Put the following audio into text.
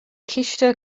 ciste